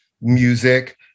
music